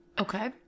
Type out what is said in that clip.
Okay